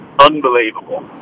unbelievable